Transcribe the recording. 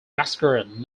massacred